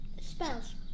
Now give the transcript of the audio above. spells